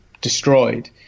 destroyed